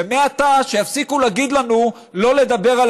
ומעתה שיפסיקו להגיד לנו לא לדבר על